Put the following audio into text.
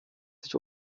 sich